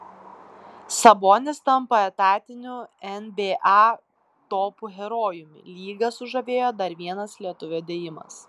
sabonis tampa etatiniu nba topų herojumi lygą sužavėjo dar vienas lietuvio dėjimas